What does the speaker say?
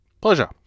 Pleasure